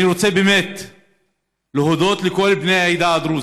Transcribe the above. אני רוצה להודות לכל בני העדה הדרוזית.